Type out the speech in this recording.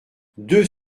deux